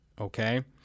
okay